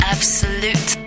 Absolute